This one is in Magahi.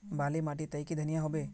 बाली माटी तई की धनिया होबे?